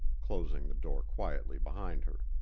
closing the door quietly behind her.